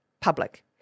Public